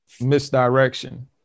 misdirection